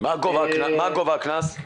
מה גובה הקנס?